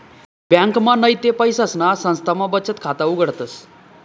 ब्यांकमा नैते पैसासना संस्थामा बचत खाता उघाडतस